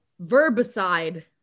verbicide